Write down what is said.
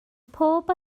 pob